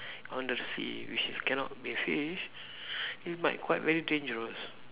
I want to see which is cannot be fish it might quite very dangerous